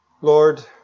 Lord